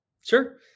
sure